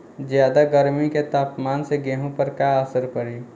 ज्यादा गर्मी के तापमान से गेहूँ पर का असर पड़ी?